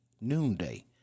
Noonday